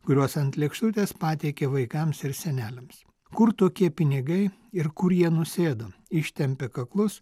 kuriuos ant lėkštutės patiekia vaikams ir seneliams kur tokie pinigai ir kur jie nusėdo ištempė kaklus